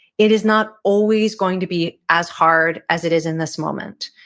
it is not always going to be as hard as it is in this moment.